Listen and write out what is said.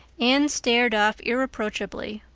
anne started off irreproachable,